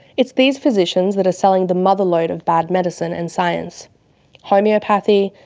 it's these physicians that are selling the motherload of bad medicine and science homeopathy,